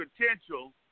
potential